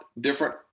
different